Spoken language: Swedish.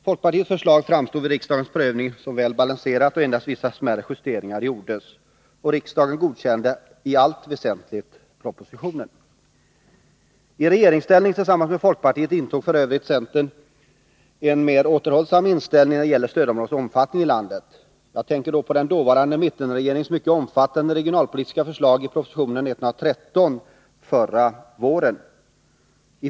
Folkpartiets förslag framstod vid riksdagens prövning som väl balanserat, och endast vissa smärre I regeringsställning tillsammans med folkpartiet intog f. ö. centerpartiet en mer återhållsam inställning när det gäller stödområdets omfattning i landet. Jag tänker då på den dåvarande mittenregeringens mycket omfattande regionalpolitiska förslag i proposition 1981/82:113 våren 1982.